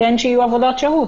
כן שיהיו עבודות שירות.